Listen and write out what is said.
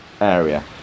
area